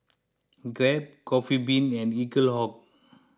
Grab Coffee Bean and Eaglehawk